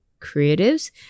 creatives